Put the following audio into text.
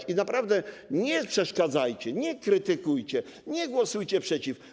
I naprawdę nie przeszkadzajcie, nie krytykujcie, nie głosujcie przeciw.